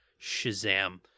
Shazam